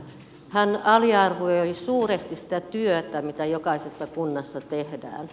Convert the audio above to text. hän aliarvioi suuresti sitä työtä mitä jokaisessa kunnassa tehdään